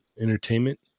Entertainment